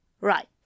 Right